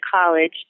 college